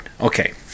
okay